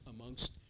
amongst